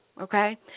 okay